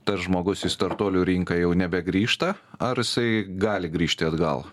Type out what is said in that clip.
tas žmogus į startuolių rinką jau nebegrįžta ar jisai gali grįžti atgal